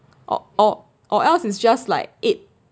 o~ o~ or else it's just like eigh~